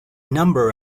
number